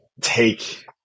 take